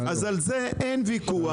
אז על זה אין ויכוח,